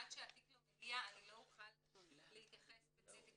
עד שהתיק לא מגיע אני לא אוכל להתייחס ספציפית,